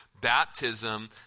baptism